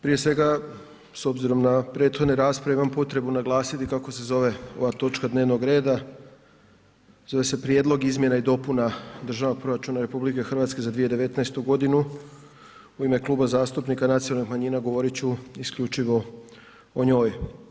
Prije svega s obzirom na prethodne rasprave imam potrebu naglasiti kako se zove ova točka dnevnog reda, zove se Prijedlog izmjena i dopuna Državnog proračuna RH za 2019. godinu u ime Kluba zastupnika nacionalnih manjina govorit ću isključivo o njoj.